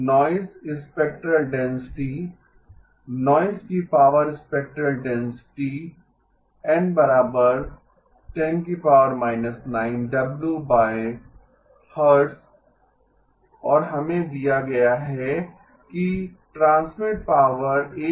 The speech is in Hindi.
नॉइज़ स्पेक्ट्रल डेंसिटी नॉइज़ की power spectral density N 10−9W Hz और हमें दिया गया है कि ट्रांसमिट पावर 1W है